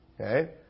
okay